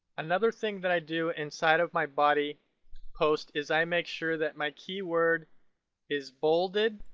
another thing that i do inside of my body post is i make sure that my keyword is bolded,